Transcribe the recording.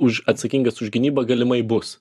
už atsakingas už gynybą galimai bus